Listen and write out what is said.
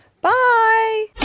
Bye